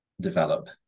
develop